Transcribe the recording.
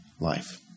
life